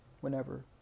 Whenever